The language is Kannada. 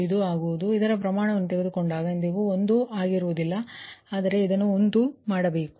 03155 ಬರುತ್ತದೆ ಅದರ ಪ್ರಮಾಣವನ್ನು ತೆಗೆದುಕೊಂಡರೆ ಅದು ಎಂದಿಗೂ 1 ಆಗಿರುವುದಿಲ್ಲ ಆದರೆ ನೀವು ಅದನ್ನು 1 ಮಾಡಬೇಕು